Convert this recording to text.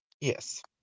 Yes